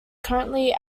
currently